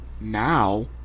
Now